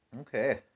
Okay